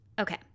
Okay